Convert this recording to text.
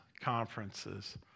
conferences